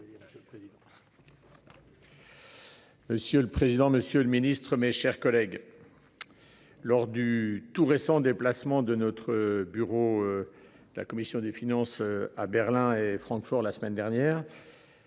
Monsieur le président, Monsieur le Ministre, mes chers collègues. Lors du tout récent déplacement de notre bureau. De la commission des finances à Berlin et Francfort la semaine dernière.